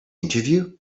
interview